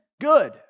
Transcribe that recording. good